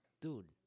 dude